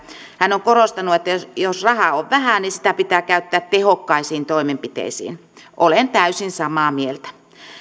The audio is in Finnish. hän on korostanut että jos jos rahaa on vähän niin sitä pitää käyttää tehokkaisiin toimenpiteisiin olen täysin samaa mieltä